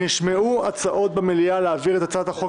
נשמעו הצעות במליאה להעביר את הצעת החוק